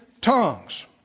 tongues